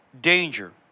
danger